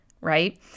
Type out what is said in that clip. right